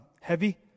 heavy